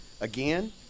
again